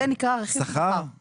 זה נקרא רכיב שכר.